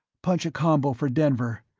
punch a combo for denver,